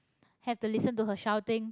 have to listen to her shouting